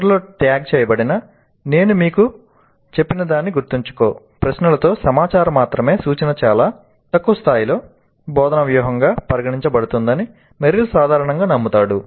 చివర్లో ట్యాగ్ చేయబడిన "నేను మీకు చెప్పినదాన్ని గుర్తుంచుకో" ప్రశ్నలతో సమాచార మాత్రమే సూచన చాలా తక్కువ స్థాయి బోధనా వ్యూహంగా పరిగణించబడుతుందని మెరిల్ సాధారణంగా నమ్ముతాడు